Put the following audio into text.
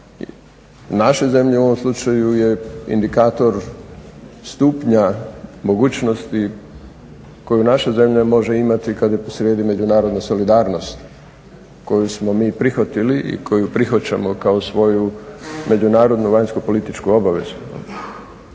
naše zemlje u ovom slučaju je indikator stupnja mogućnosti koje naša zemlja može imati kad je posrijedi međunarodna solidarnost koju smo mi prihvatili i koju prihvaćamo kao svoju međunarodnu vanjsko političku obavezu.